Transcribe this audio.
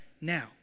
now